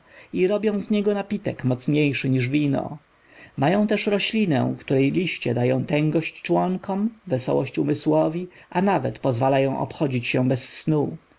i robią z niego napitek mocniejszy niż wino mają też roślinę której liście dają tęgość członkom wesołość umysłowi a nawet pozwalają obchodzić się bez snu